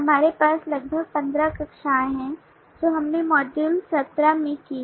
हमारे पास लगभग 15 कक्षाएं हैं जो हमने मॉड्यूल 17 में कीं